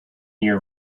year